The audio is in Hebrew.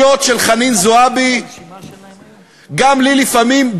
תהיה הסתה לגזענות שיהיה לגביה רוב של 61 ח"כים,